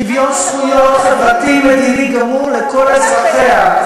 "שוויון זכויות חברתי ומדיני גמור לכל אזרחיה" זה